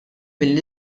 mill